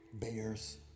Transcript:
Bears